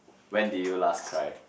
when did you last cry